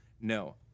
No